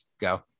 go